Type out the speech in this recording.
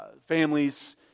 families